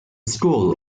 school